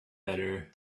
better